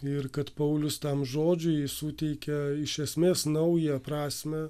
ir kad paulius tam žodžiui suteikė iš esmės naują prasmę